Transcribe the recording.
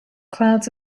clouds